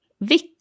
vit